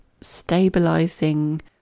stabilizing